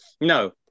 No